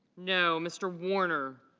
no. mr. warner